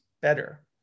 better